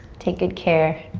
take good care,